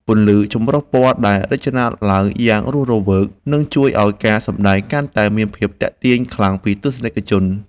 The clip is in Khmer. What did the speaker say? ពន្លឺចម្រុះពណ៌ដែលរចនាឡើងយ៉ាងរស់រវើកនឹងជួយឱ្យការសម្ដែងកាន់តែមានភាពទាក់ទាញខ្លាំងពីទស្សនិកជន។